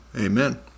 Amen